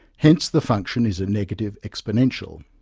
hence, the function is a negative exponential.